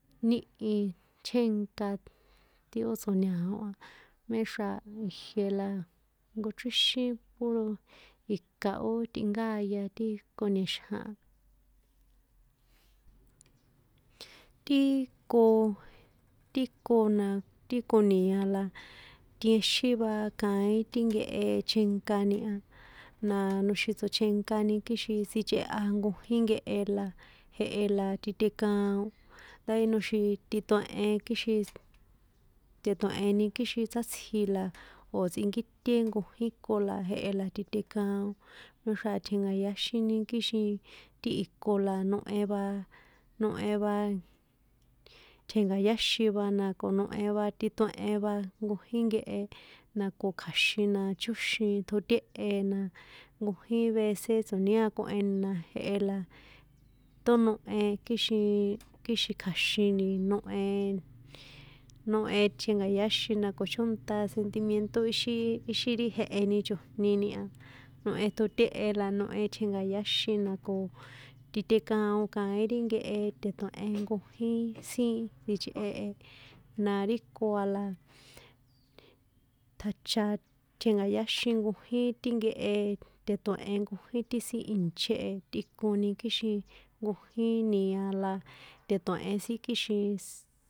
Níhi tjénka ti ó tsjo̱ña̱o a méxra̱ ijie la nkochríxín puro ika ó tꞌinkáya ti konia̱xjan a, tiiii, ko, ti ko na, ti konia̱ la tienxín va kaín ti nkehe chenkani a, na noxin tsochenkani kixin tsichꞌeha nkojin nkehe la jehe la titekaon, ndá noxin tituehen kixin teue̱heni kixin sátsji la o̱ tsikꞌìte nkojìn ko la jehe la titekaon méxra̱ tjenka̱yáxini kixin ti iko la nohe va, nohe va tjenka̱yáxin va na ko nohe va tituehen va nkojín nkehe na ko kja̱xin na chóxin tjotéhe na, nkojín vece tso̱niákoheni na jehe la tónohe kixiiiin kixin kja̱xin ni nohe, nohe tjenka̱yáxin na ko chónta sentimiento ixi, ixín ri jeheni chojni ni a, nohe tjotéhe la nohe tjenka̱yáxin na ko titekaon kaín ri nkehe tetue̱n nkojín sin ichꞌe, na ri ko a la, tjacha tjenka̱yáxin nkojín ti nkehe tetue̱hen nkojín ti sin ìnché tꞌikoni kixin nkojín nia̱ la tetue̱hen sin kixin.